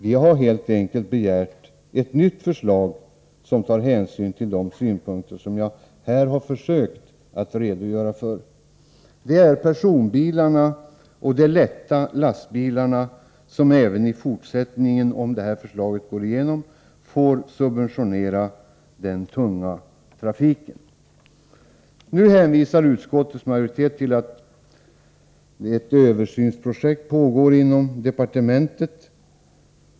Vi har helt enkelt begärt ett nytt förslag, som tar hänsyn till de synpunkter jag här har försökt redogöra för. Om regeringens förslag går igenom får personbilarna och de lätta lastbilarna även i fortsättningen subventionera den tunga trafiken. Nu hänvisar utskottets majoritet till att ett översynsprojekt pågår inom kommunikationsdepartementet.